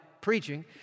preaching